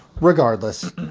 Regardless